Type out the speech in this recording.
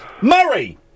Murray